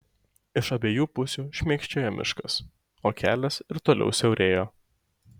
iš abiejų pusių šmėkščiojo miškas o kelias ir toliau siaurėjo